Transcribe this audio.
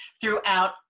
throughout